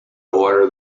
order